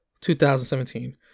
2017